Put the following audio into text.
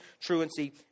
truancy